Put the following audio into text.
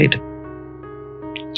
right